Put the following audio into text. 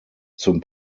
zum